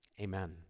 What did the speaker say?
Amen